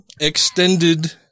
extended